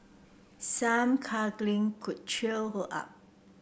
some cuddling could cheer her up